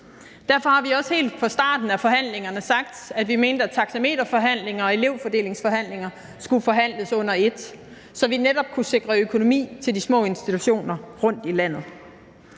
Derfor har vi også helt fra starten af forhandlingerne sagt, at vi mente, at taxameterforhandlinger og elevfordelingsforhandlinger skulle forhandles under et, så vi netop kunne sikre økonomi til de små institutioner rundtom i landet.